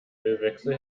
ölwechsel